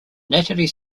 natalie